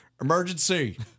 Emergency